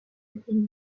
ethnique